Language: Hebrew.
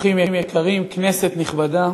אורחים יקרים, כנסת נכבדה,